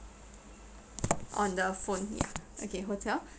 on the phone ya okay hotel